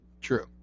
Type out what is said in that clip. True